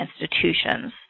institutions